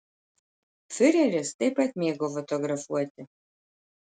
fiureris taip pat mėgo fotografuoti